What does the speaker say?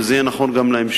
וזה יהיה נכון גם בהמשך,